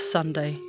Sunday